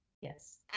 Yes